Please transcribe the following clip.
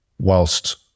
whilst